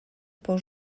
pour